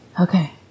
Okay